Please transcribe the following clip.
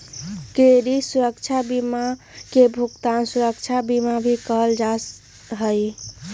credit सुरक्षा बीमा के भुगतान सुरक्षा बीमा भी कहल जा हई